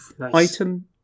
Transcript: item